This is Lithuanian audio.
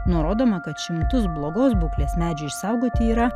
nurodoma kad šimtus blogos būklės medžius išsaugoti yra